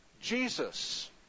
Jesus